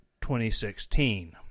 2016